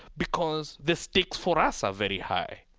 because the stakes for us are very high.